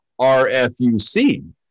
RFUC